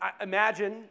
Imagine